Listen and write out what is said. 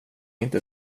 inte